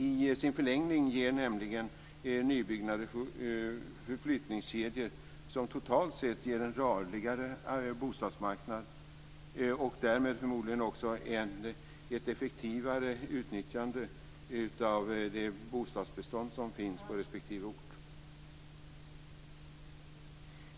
I sin förlängning ger nämligen nybyggnad flyttningskedjor som totalt sett ger en rörligare bostadsmarknad och därmed förmodligen också ett effektivare utnyttjande av det bostadsbestånd som finns på respektive ort.